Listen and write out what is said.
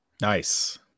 nice